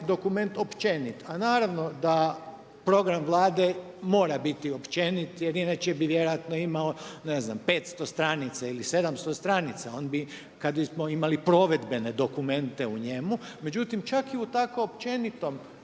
dokument općenit, a naravno da program Vlade mora biti općenit jer inače bi vjerojatno imao ne znam 500 stranica ili 700 stranica, kada bismo imali provedbene dokumente u njemu, međutim čak i u tako općenitom